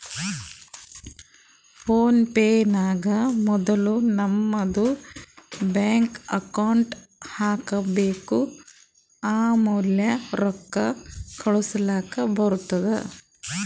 phone pay ನಾಗ್ ಮೊದುಲ್ ನಮ್ದು ಬ್ಯಾಂಕ್ ಅಕೌಂಟ್ ಹಾಕೊಬೇಕ್ ಆಮ್ಯಾಲ ರೊಕ್ಕಾ ಕಳುಸ್ಲಾಕ್ ಬರ್ತುದ್